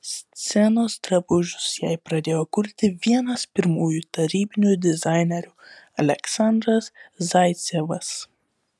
scenos drabužius jai pradėjo kurti vienas pirmųjų tarybinių dizainerių aleksandras zaicevas